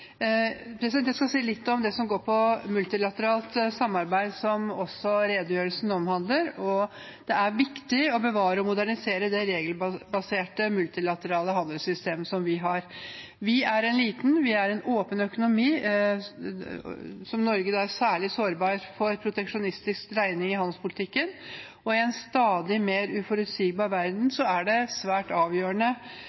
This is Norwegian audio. Jeg skal si litt om det som går på multilateralt samarbeid, som redegjørelsen også omhandler. Det er viktig å bevare og modernisere det regelbaserte multilaterale handelssystemet vi har. Vi er en liten, åpen økonomi, og Norge er særlig sårbart for en proteksjonistisk dreining i handelspolitikken. I en stadig mer uforutsigbar verden